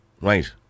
Right